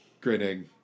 grinning